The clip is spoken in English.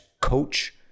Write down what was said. coach